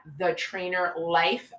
thetrainerlife